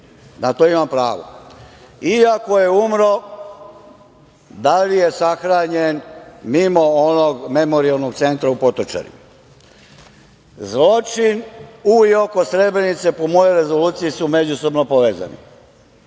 Na to imam pravo. I, ako je umro, da li je sahranjen mimo onog Memorijalnog centra u Potočarima? Zločini u i oko Srebrenice, po mojoj rezoluciji, su međusobno povezani.